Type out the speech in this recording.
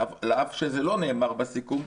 על אף שזה לא נאמר בסיכום,